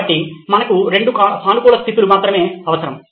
కాబట్టి మనకు రెండు సానుకూల స్తితులు మాత్రమే అవసరం